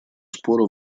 спора